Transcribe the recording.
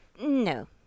No